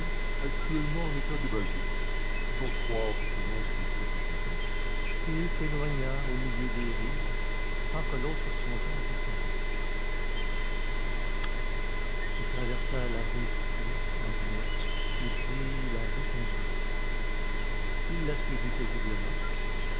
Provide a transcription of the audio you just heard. actuellement en état d'évasion j'ose croire que ce nom vous inspire toute confiance et il s'éloigna au milieu des rires sans que l'autre songeât à réclamer il traversa la rue soufflot en biais et prit la rue saint-jacques il la suivit paisiblement